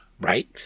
right